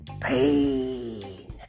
Pain